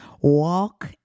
Walk